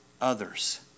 others